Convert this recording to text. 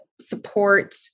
support